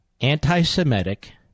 anti-Semitic